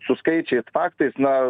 su skaičiais faktais na